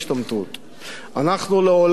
אנחנו לעולם לא נפנה עורף למשרתים,